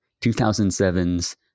2007's